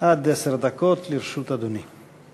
עד עשר דקות לרשות אדוני.